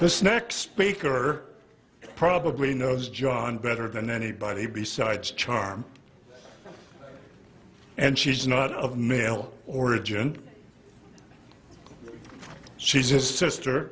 this next speaker probably knows john better than anybody besides charm and she's not of male origin she's a sister